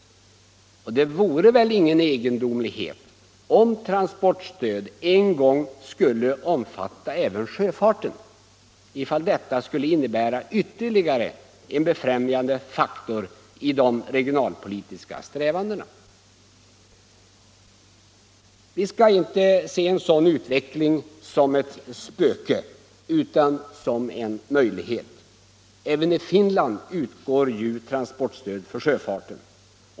Det vore väl ingen egendomlighet om transportstöd en gång skulle omfatta även sjöfarten, ifall detta skulle innebära ytterligare en befrämjande faktor i de regionalpolitiska strävandena. Vi skall inte se en sådan utveckling som ett spöke utan som en möjlighet. I Finland utgår ju transportstöd till sjöfarten.